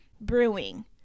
brewing